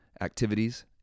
activities